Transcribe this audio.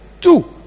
two